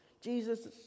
Jesus